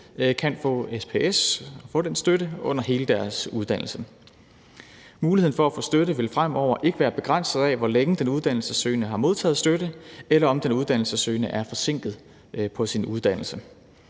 kan få SPS, altså få den støtte, under hele deres uddannelse. Muligheden for at få støtte vil fremover ikke være begrænset af, hvor længe den uddannelsessøgende har modtaget støtte, eller om den uddannelsessøgende er forsinket på sin uddannelse.